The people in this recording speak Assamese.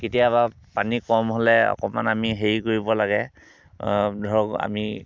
কেতিয়াবা পানী কম হ'লে অকণমান অমি হেৰি কৰিব লাগে ধৰক আমি